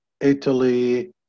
Italy